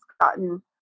gotten